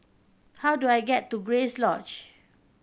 how do I get to Grace Lodge